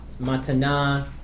Matanah